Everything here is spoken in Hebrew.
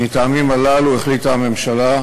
מהטעמים הללו החליטה הממשלה,